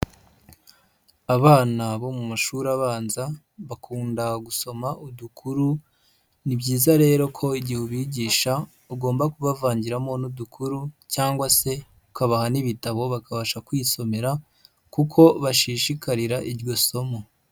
Abana bo mu mashuri abanza bakunda gusoma udukuru, ni byiza rero ko igihe ubigisha ugomba kubavangiramo n'udukuru cyangwa se ukabaha n'ibitabo bakabasha kwisomera kuko bashishikarira iryo somo.